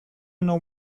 know